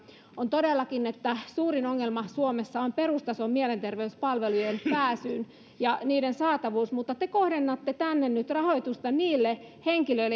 on todellakin niin että suurin ongelma suomessa on perustason mielenterveyspalveluihin pääsyssä ja niiden saatavuus mutta te kohdennatte sinne nyt rahoitusta niille henkilöille